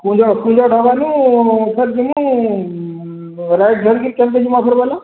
କୁଞ୍ଜ କୁଞ୍ଜ ଢାବାରୁ ଉପରେ ଯିମୁ ରାଇଟ୍ ଧରିକରି କେମିତି ଯିମା ଫେରେ ବୋଲ